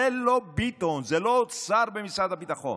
זה לא ביטון, זה לא אוצר במשרד הביטחון.